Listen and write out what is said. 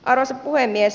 arvoisa puhemies